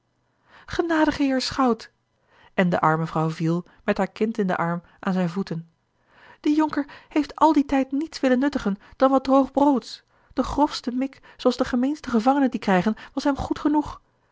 genadige heer schout en de arme vrouw viel met haar kind in den arm aan zijne voeten de jonker heeft al dien tijd niets willen nuttigen dan wat droog broods de grofste mik zooals de gemeenste gevangenen die krijgen was hem goed genoeg